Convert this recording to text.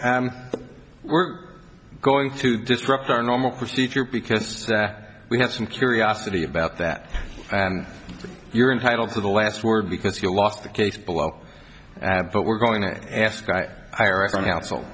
s we're going to disrupt our normal procedure because that we have some curiosity about that and you're entitled to the last word because you lost the case below but we're going to ask i i